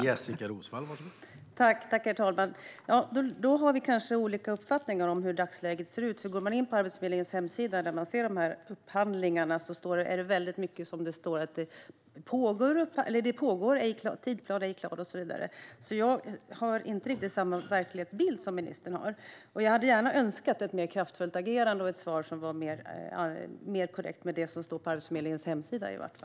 Herr talman! Vi har kanske olika uppfattningar om hur dagsläget ser ut. Om man går in på Arbetsförmedlingens hemsida, där man ser upphandlingarna, står det ofta att de pågår, att tidsplanen ej är klar och så vidare. Jag har inte riktigt samma verklighetsbild som ministern. Jag hade önskat ett mer kraftfullt agerande och ett svar som var mer korrekt utifrån det som står på Arbetsförmedlingens hemsida.